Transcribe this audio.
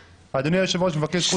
אדוני היושב-ראש, מבקש זכות דיבור.